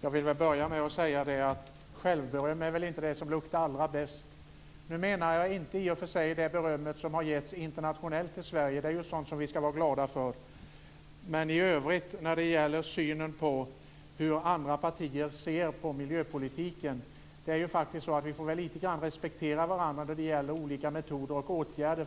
Fru talman! Självberöm är väl inte det som luktar allra bäst. Jag menar då i och för sig inte det beröm som getts Sverige internationellt, för sådant ska vi vara glada över. Men i övrigt när det gäller synen på hur andra partier ser på miljöpolitiken får vi väl lite grann respektera varandra, likaså när det gäller olika metoder och åtgärder